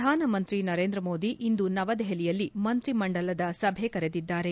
ಪ್ರಧಾನಮಂತ್ರಿ ನರೇಂದ್ರ ಮೋದಿ ಇಂದು ನವದೆಹಲಿಯಲ್ಲಿ ಮಂತ್ರಿ ಮಂಡಲದ ಸಭೆ ಕರೆದಿದ್ದಾರೆ